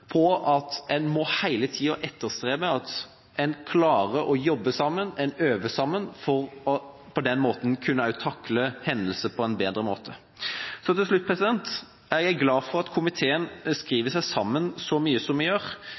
på at en hele tida må etterstrebe at en klarer å jobbe sammen, øve sammen, for på den måten også å kunne takle hendelser på en bedre måte. Så til slutt: Jeg er glad for at komiteen skriver seg sammen så mye som vi gjør.